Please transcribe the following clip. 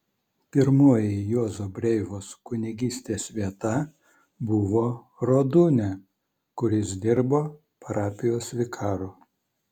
pirmoji juozo breivos kunigystės vieta buvo rodūnia kur jis dirbo parapijos vikaru